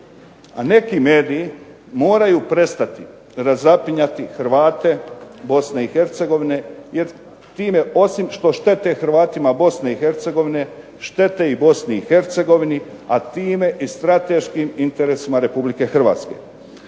neki mediji moraju prestati razapinjati Hrvate Bosne i Hercegovine, jer time osim što štete Hrvatima Bosne i Hercegovine štete i Bosni i Hercegovini, a time i strateškim interesima Republike Hrvatske.